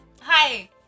Hi